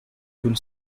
kun